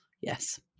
Yes